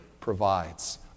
provides